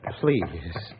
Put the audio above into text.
please